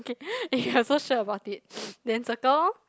okay if you're so sure about it then circle lor